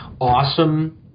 Awesome